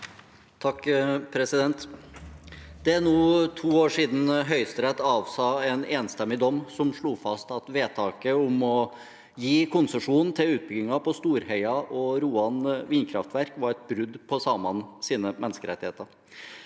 (SV) «Det er nå to år siden Høyesterett avsa en enstemmig dom som slo fast at vedtaket om å gi konsesjon til utbyggingen av Storheia og Roan vindkraftverk var et brudd på samenes menneskerettigheter.